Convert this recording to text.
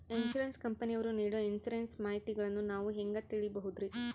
Insurance ಕಂಪನಿಯವರು ನೇಡೊ insurance ಮಾಹಿತಿಗಳನ್ನು ನಾವು ಹೆಂಗ ತಿಳಿಬಹುದ್ರಿ?